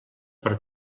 per